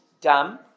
dumb